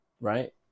right